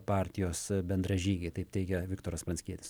partijos bendražygiai taip teigia viktoras pranckietis